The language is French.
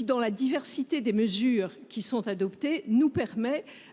Dans la diversité des mesures qui sont adoptées, il nous permettra,